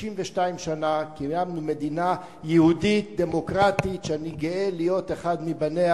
62 שנה קיימנו מדינה יהודית דמוקרטית שאני גאה להיות אחד מבניה.